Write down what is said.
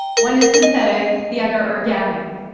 one is synthetic, the other organic.